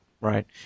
Right